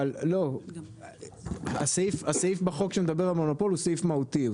אבל הסעיף בחוק שמדבר על מונופול הוא סעיף מהותי,